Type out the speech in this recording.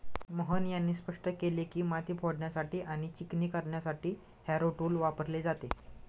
मोहन यांनी स्पष्ट केले की, माती फोडण्यासाठी आणि चिकणी करण्यासाठी हॅरो टूल वापरले जाते